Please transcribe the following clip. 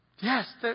Yes